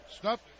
Snuff